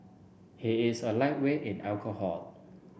he is a lightweight in alcohol